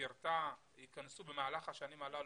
במסגרתה ייכנסו במהלך השנים הללו